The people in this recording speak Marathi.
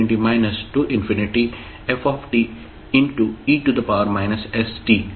e st dt